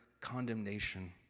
condemnation